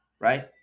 right